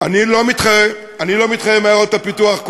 אני לא מתחרה עם עיירות הפיתוח.